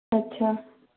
अच्छा